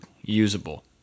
usable